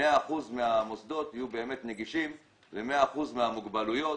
100% מהמוסדות יהיו נגישים ל-100% מהמוגבלויות,